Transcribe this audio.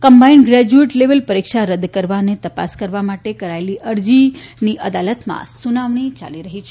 combined graduate level પરીક્ષા રદ કરવા અને તપાસ કરવા માટે કરાયેલી અરજીની અદાલતમાં સુનાવણી ચાલી રહી છે